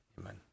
Amen